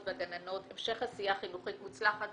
המורות והגננות המשך עשייה חינוכית מוצלחת.